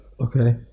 Okay